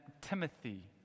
Timothy